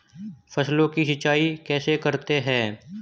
फसलों की सिंचाई कैसे करते हैं?